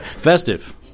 Festive